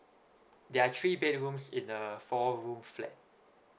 there are three bedrooms in a four room flat